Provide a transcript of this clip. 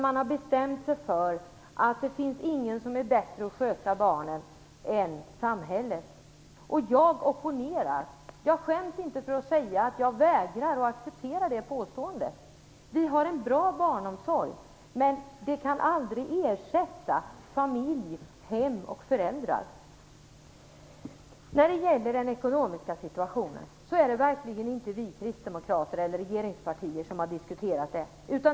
Man har bestämt sig för att det inte är någon som är bättre på att sköta barnen än samhället. Jag opponerar. Jag skäms inte för att säga att jag vägrar att acceptera ett sådant påstående. Vi har en bra barnomsorg, men den kan aldrig ersätta familj, hem och föräldrar. När det gäller den ekonomiska situationen så är det inte vare sig vi kristdemokrater eller de förra regeringspartierna som har diskuterat den.